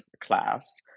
class